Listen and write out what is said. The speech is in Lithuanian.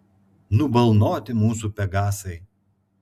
nubalnoti mūsų pegasai